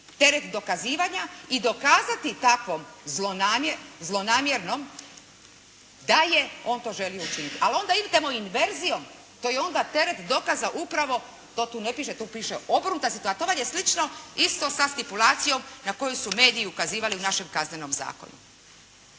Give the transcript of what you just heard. teret dokazivanja i dokazati takvo zlonamjernom da je on to želio učiniti. Ali …/Govornik se ne razumije./… tamo inverzijom. To je onda teret dokaza upravo, to tu ne piše, tu piše obrnuta situacija, a to vam je slično isto sa stipulacijom na koju su mediji ukazivali u našem Kaznenom zakonu.